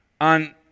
on